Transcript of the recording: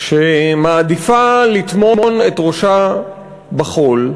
שמעדיפה לטמון את ראשה בחול,